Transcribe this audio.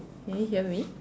can you hear me